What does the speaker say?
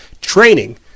training